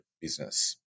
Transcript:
business